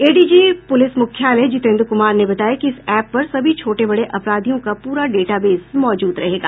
ADG police मुख्यालय जितेन्द्र कुमार ने बताया कि इस एप पर सभी छोटे बड़े अपराधियों का पूरा डाटाबेस मौजूद रहेगा